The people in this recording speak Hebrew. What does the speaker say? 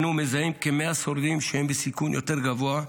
אנו מזהים כ-100 שורדים שהם בסיכון יותר גבוה.